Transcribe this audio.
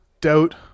doubt